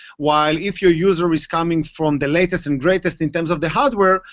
while if your user is coming from the latest and greatest in terms of the hardware,